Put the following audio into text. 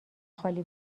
خالی